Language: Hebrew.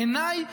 בעיניי,